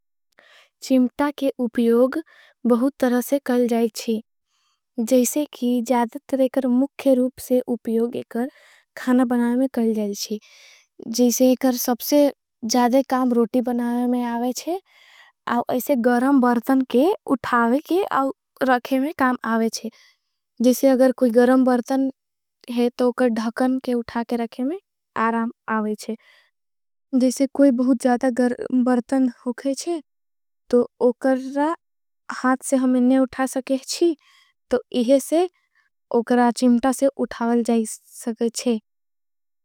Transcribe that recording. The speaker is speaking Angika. चिम्टा के उप्योग बहुत तरह से कल जाएच्छी जैसे की ज़्यादत्रे कर मुख्य। रूप से उप्योग एकर खाना बनाया में कल जाएच्छी जैसे एकर सबसे। ज़्यादे काम रोटी बनाया में आवेच्छे जैसे कुई बहुत ज़्यादत्रे के उप्योग। बनाया में कल ज़्यादत्रे काम रोटी बनाया में कल ज़्यादत्रे काम रोटी। बनाया में कल ज़्यादत्रे काम रोटी बनाया में कल ज़्यादत्रे। काम रोटी बनाया में कल ज़्यादत्रे काम रोटी बनाया में कल ज़्।